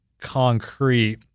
concrete